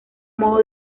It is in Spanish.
modo